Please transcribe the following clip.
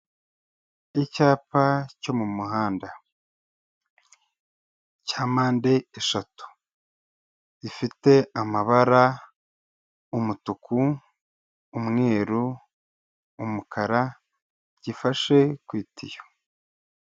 Icyapa cyo mu muhanda cya mpande eshatu, zifite amabara, umutuku, umweru, umukara, gifashe ku itiyo.